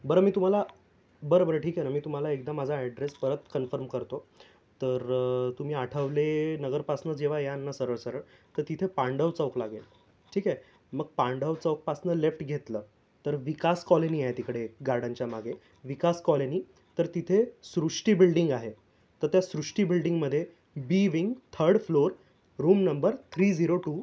बरं मी तुम्हाला बरं बरं ठीक आहे ना मी तुम्हाला एकदा माझा ॲड्रेस परत कन्फर्म करतो तर तुम्ही आठवलेनगरपासून जेव्हा याल ना सरळ सरळ तर तिथे पांडव चौक लागेल ठीक आहे मग पांडवचौकपासून लेफ्ट घेतला तर विकास कॉलनी आहे तिकडे गार्डनच्या मागे विकास कॉलनी तर तिथे सृष्टी बिल्डिंग आहे तर त्या सृष्टी बिल्डिंगमध्ये B wing third floor room number three zero to